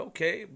Okay